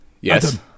Yes